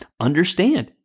understand